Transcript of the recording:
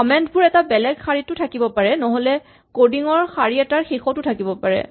comment বোৰ এটা বেলেগ শাৰীটো থাকিব পাৰে নহ'লে কডিং ৰ শাৰী এটাৰ শেষতো থাকিব পাৰে